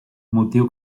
motiu